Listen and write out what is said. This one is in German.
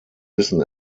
wissen